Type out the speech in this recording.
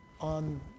on